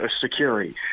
security